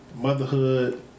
motherhood